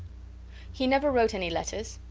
he never wrote any letters,